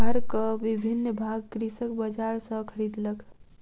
हरक विभिन्न भाग कृषक बजार सॅ खरीदलक